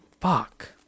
fuck